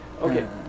Okay